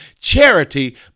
Charity